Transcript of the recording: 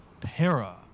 Para